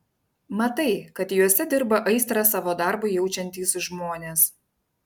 matai kad juose dirba aistrą savo darbui jaučiantys žmonės